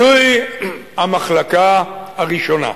זוהי המחלקה הראשונה.